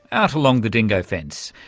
out along the dingo fence,